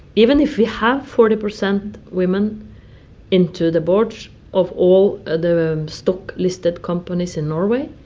even if we have forty percent women into the boards of all ah the stock-listed companies in norway,